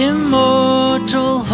Immortal